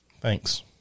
Thanks